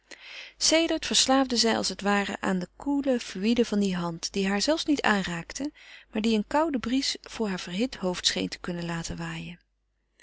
sedert verslaafde zij als het ware aan de koele fluïde van die hand die haar zelfs niet aanraakte maar die een kouden bries door haar verhit hoofd scheen te kunnen laten waaien